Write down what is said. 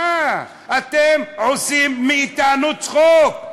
אתם עושים מאתנו צחוק.